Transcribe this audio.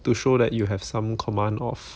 to show that you have some command of